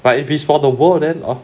but if it's for the world then